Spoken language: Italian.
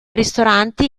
ristoranti